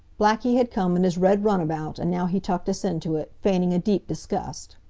blackie had come in his red runabout, and now he tucked us into it, feigning a deep disgust.